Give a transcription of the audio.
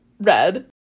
red